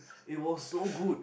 it was so good